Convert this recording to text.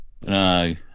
No